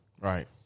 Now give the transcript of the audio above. Right